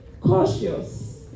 cautious